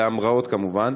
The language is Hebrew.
להמראות כמובן,